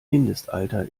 mindestalter